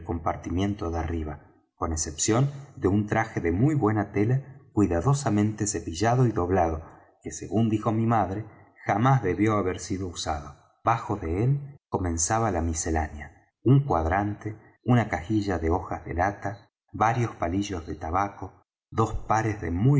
compartimiento de arriba con excepción de un traje de muy buena tela cuidadosamente cepillado y doblado que según dijo mi madre jamás debió haber sido usado bajo de él comenzaba la miscelánea un cuadrante una cajilla de hoja de lata varios palillos de tabaco dos pares de muy